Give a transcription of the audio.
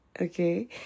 okay